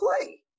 play